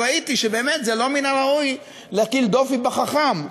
וראיתי שבאמת זה לא מן הראוי להטיל דופי בחכם,